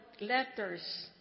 letters